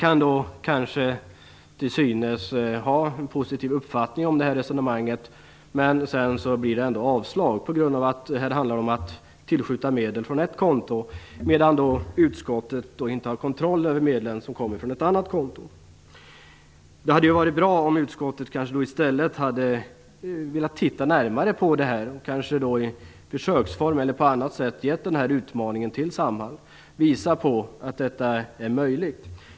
Man kan kanske ha en till synes positiv uppfattning om resonemanget i motionen, men sedan avstyrks motionen ändå på grund av att det handlar om att tillskjuta medel från ett konto, medan utskottet inte har kontroll över medlen som kommer från ett annat konto. Det hade varit bra om utskottet i stället hade velat titta närmare på förslaget och kanske i försöksform eller på annat sätt hade gett den här utmaningen till Samhall för att visa på att detta är möjligt.